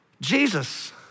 Jesus